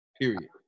Period